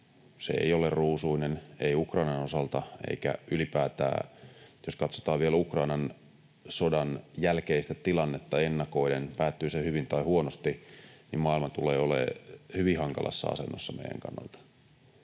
Se ei ole ruusuinen, ei Ukrainan osalta, eikä ylipäätään. Jos katsotaan vielä Ukrainan sodan jälkeistä tilannetta ennakoiden, päättyy se hyvin tai huonosti, niin maailma tulee olemaan hyvin hankalassa asennossa meidän kannalta.